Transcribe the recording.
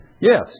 Yes